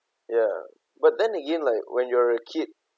ya but then again like when you're a kid